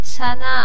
sana